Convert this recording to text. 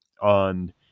on